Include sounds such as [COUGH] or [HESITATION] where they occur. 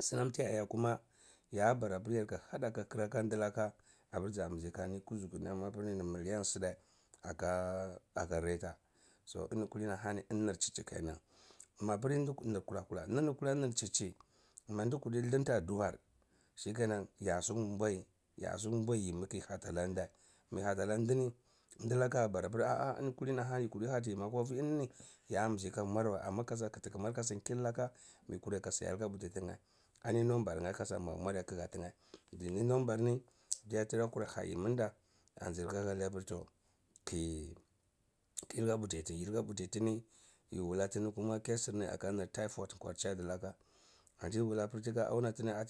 Snam tiya eya kuma ya bara apri ygda had aka aka ndlaka apr zambi kani kuzugar nam apr nr million sdae aka [HESITATION] aka reta so ini kulini ahani nr tehichi kenan mapri nd kur nr kula kula na nr kulini nr tchici manit kure nthdrnta duwar shike nan ya sum bwai ya sumbwai yimi kiyi heta lan ndae mayi hata lan ndni ndlaka a bara apr a’a ini kulini ahgni kudi hati yimi akwa, vi ini gi yambzi ka mwar wa amma ke za kt kmar ka nkillaka miyi kurai kasa ya ika vti tnae ani number nae kasa mamu mar ya kga tnae dini number ni tya tra kur ha yiminda anzlka hali apr ton kiyi kirka putai kirka putai tini yi wula tini kuma casinni aka nr typhoid ko chadlaka antiyi wula apr tika anna tini a